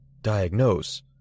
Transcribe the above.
diagnose